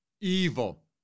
evil